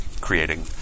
creating